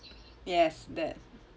yes that